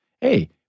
hey